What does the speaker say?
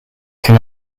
can